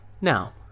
Now